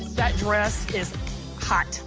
that dress is hot.